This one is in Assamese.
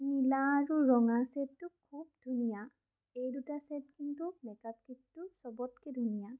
নীলা আৰু ৰঙা চেটটো খুব ধুনীয়া এই দুটা চেট কিন্তু মেকআপ কীটটোত চবতকৈ ধুনীয়া